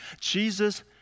Jesus